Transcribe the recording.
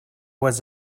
was